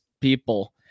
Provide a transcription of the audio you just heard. people